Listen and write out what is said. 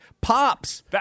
pops